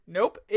Nope